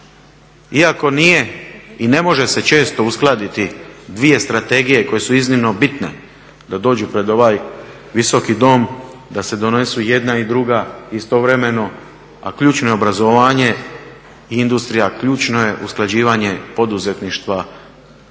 Iako nije i ne može se često uskladiti dvije strategije koje su iznimno bitne da dođu pred ovaj Visoki dom, da se donesu jedna i druga istovremeno, a ključno je obrazovanje i industrija, ključno je usklađivanje poduzetništva i